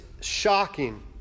shocking